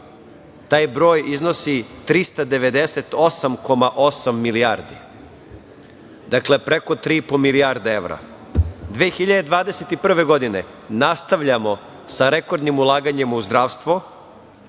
taj broj iznosi 398,8 milijardi. Dakle, preko tri i po milijardi evra. Godine 2021. nastavljamo sa rekordnim ulaganjem u zdravstvo.